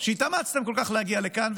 שהתאמצתם כל כך להגיע לכאן,